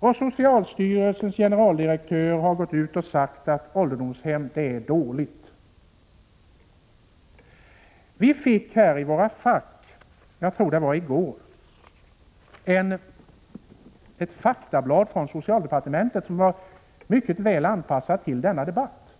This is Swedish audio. Socialstyrelsens generaldirektör har sagt att ålderdomshem är någonting dåligt. I våra fack här i riksdagen — jag tror att det var i går — utdelades ett faktablad från socialdepartementet, som är mycket väl anpassat till denna debatt.